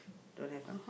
don't have ah